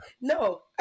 No